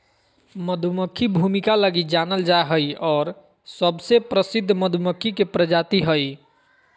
मधुमक्खी भूमिका लगी जानल जा हइ और सबसे प्रसिद्ध मधुमक्खी के प्रजाति हइ